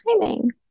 timing